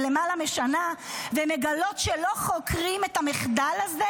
למעלה משנה ומגלות שלא חוקרים את המחדל הזה?